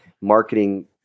marketing